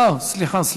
אה, סליחה.